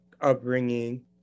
upbringing